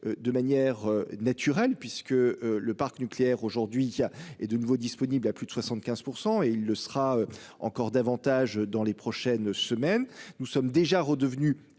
de manière naturelle puisque le parc nucléaire aujourd'hui à est de nouveau disponible à plus de 75% et il le sera encore davantage dans les prochaines semaines, nous sommes déjà redevenu